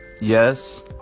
Yes